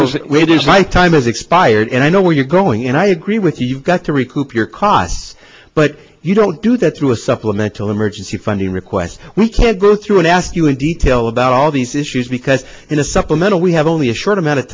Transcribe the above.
my time is expired and i know where you're growing and i agree with you you've got to recoup your costs but you don't do that through a supplemental emergency funding request we can't go through and ask you in detail about all these issues because in a supplemental we have only a short amount of